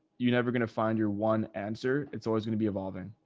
you never going to find your one answer. it's always going to be evolving.